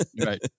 Right